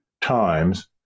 times